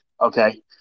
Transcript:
okay